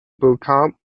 beauchamp